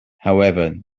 however